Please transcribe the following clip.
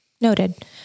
Noted